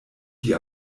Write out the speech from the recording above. die